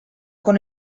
con